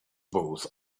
both